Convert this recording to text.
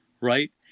right